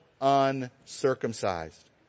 uncircumcised